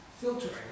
filtering